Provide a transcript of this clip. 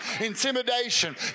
intimidation